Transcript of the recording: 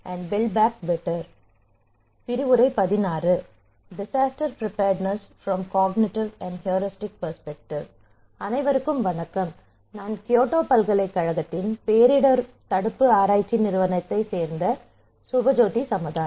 அனைவருக்கும் வணக்கம் நான் கியோட்டோ பல்கலைக்கழகத்தின் பேரிடர் தடுப்பு ஆராய்ச்சி நிறுவனத்தைச் சேர்ந்த சுபஜோதி சமதார்